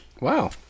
Wow